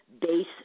base